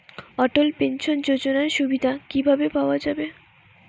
অটল pension যোজনার সুবিধা কি ভাবে পাওয়া যাবে?